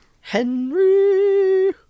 Henry